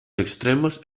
extremos